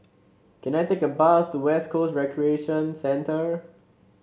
can I take a bus to West Coast Recreation Centre